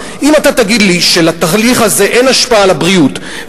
אם אתה תגיד לי שלתהליך הזה אין השפעה על הבריאות,